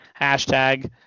hashtag